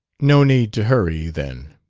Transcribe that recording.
no need to hurry, then.